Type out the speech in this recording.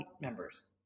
members